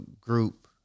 group